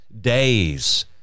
days